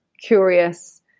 curious